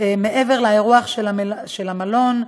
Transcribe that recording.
מעבר לאירוח של המלון,